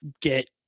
get